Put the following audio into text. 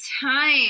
time